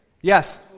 Yes